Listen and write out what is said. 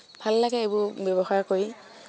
ভাল লাগে এইবোৰ ব্যৱসায় কৰি